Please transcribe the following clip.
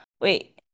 wait